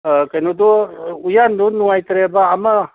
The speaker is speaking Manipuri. ꯑꯥ ꯀꯩꯅꯣꯗꯣ ꯎꯌꯥꯟꯗꯨ ꯅꯨꯡꯉꯥꯏꯇ꯭ꯔꯦꯕ ꯑꯃ